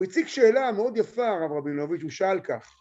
הוא הציג שאלה מאוד יפה, הרב רבינוביץ, הוא שאל כך.